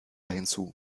hinzu